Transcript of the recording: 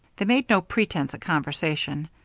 they made no pretence at conversation.